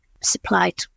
supplied